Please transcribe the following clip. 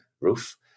roof